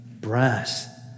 Brass